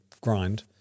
grind